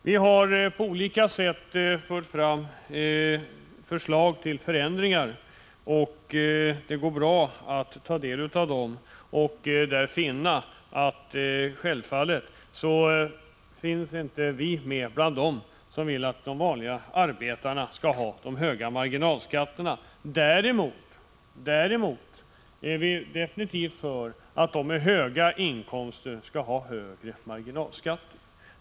Vi har fört fram förslag till olika typer av förändringar. Det går bra att ta del av dem och finna att vi självfallet inte finns med bland dem som vill att vanliga arbetare skall ha höga marginalskatter. Däremot är vi definitivt för att personer med höga inkomster skall ha högre marginalskatter.